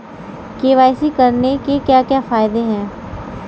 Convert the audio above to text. KYC करने के क्या क्या फायदे हैं?